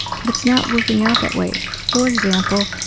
but it's not working out that way. for example,